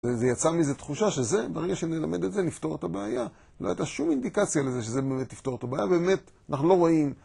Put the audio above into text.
זה יצא מזה תחושה שזה, ברגע שנלמד את זה, נפתור את הבעיה. לא הייתה שום אינדיקציה לזה שזה באמת יפתור את הבעיה. באמת, אנחנו לא רואים